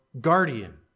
guardian